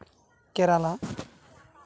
Kerala